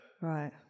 Right